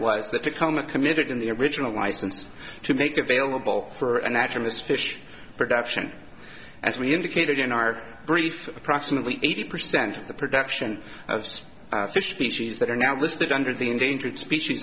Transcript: that the comic committed in the original license to make available for a naturalist fish production as we indicated in our brief approximately eighty percent of the production fish species that are now listed under the endangered species